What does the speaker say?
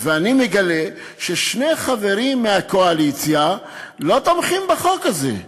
ואני מגלה ששני חברים מהקואליציה לא תומכים בחוק הזה.